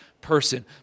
person